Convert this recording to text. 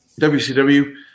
WCW